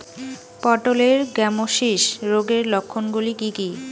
পটলের গ্যামোসিস রোগের লক্ষণগুলি কী কী?